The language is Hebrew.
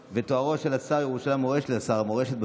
המורשת" ולשנות את תוארו של שר ירושלים ומורשת לשר המורשת.